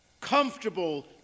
comfortable